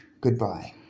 Goodbye